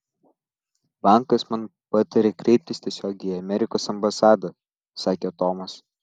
bankas man patarė kreiptis tiesiogiai į amerikos ambasadą sakė tomas